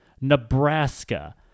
Nebraska